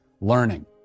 learning